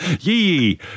yee